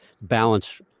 balance